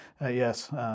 Yes